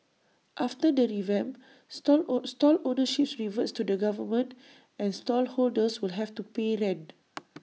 after the revamp stall own stall ownership reverts to the government and stall holders will have to pay rent